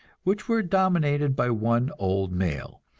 which were dominated by one old male,